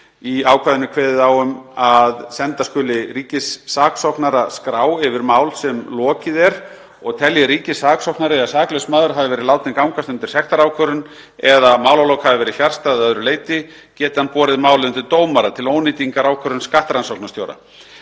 Í ákvæðinu er kveðið á um það að senda skuli ríkissaksóknara skrá yfir mál sem lokið er og telji ríkissaksóknari að saklaus maður hafi verið látinn gangast undir sektarákvörðun eða málalok hafi verið fjarstæð að öðru leyti geti hann borið málið undir dómara til ónýtingar ákvörðun skattrannsóknarstjóra.